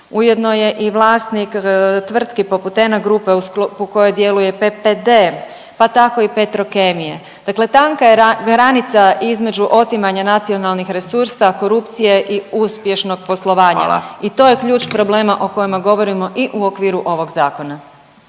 ujedno je i vlasnik tvrtki poput ENNA grupe po kojoj djeluje PPD pa tako i Petrokemije. Dakle, tanka granica između otimanja nacionalnih resursa, korupcije i uspješnog poslovanja …/Upadica Radin: Hvala./… i to je ključ problema o kojima govorimo i u okviru ovog zakona.